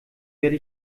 werde